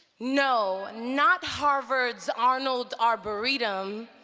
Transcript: no not harvard's arnold arboretum,